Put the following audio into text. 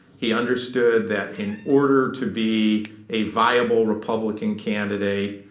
he understood that in order to be a viable republican candidate,